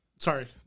Sorry